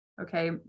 okay